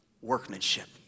workmanship